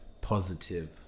positive